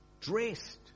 dressed